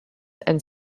and